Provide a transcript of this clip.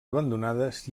abandonades